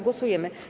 Głosujemy.